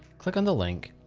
click on the link.